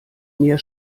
meer